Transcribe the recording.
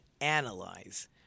analyze